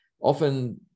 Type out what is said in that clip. often